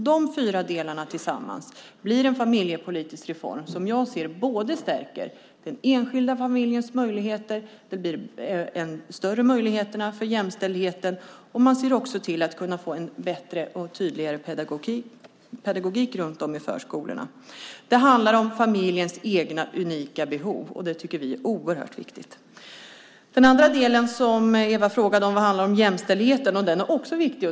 De fyra delarna tillsammans blir en familjepolitisk reform som jag menar både stärker den enskilda familjens möjligheter, ger större möjligheter för jämställdheten och ger en bättre och tydligare pedagogik i förskolorna. Det handlar om familjens egna, unika behov, och det tycker vi är oerhört viktigt! Det andra som Eva frågade om handlar om jämställdheten, som också är viktig.